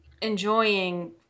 enjoying